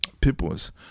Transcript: peoples